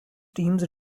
teams